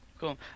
Cool